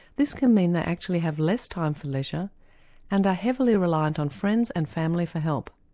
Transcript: this can mean they actually have less time for leisure and are heavily reliant on friends and family for help.